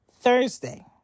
Thursday